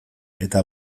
eta